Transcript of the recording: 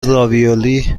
راویولی